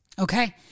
okay